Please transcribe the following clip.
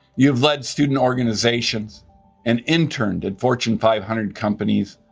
you have led student organizations and interned at fortune five hundred companies,